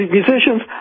musicians